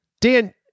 Dan